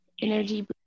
energy